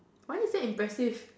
why is that impressive